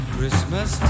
Christmas